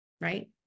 Right